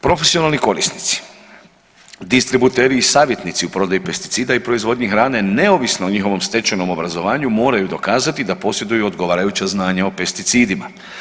Profesionalni korisnici, distributeri i savjetnici u prodaji pesticida i proizvodnji hrane neovisno o njihovom stečenom obrazovanju moraju dokazati da posjeduju odgovarajuća znanja o pesticidima.